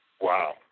Wow